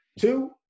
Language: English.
Two